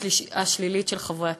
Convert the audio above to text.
השלילית של חברי הכנסת.